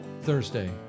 Thursday